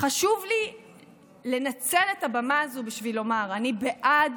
חשוב לי לנצל את הבמה הזאת בשביל לומר: אני בעד